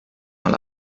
mal